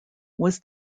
was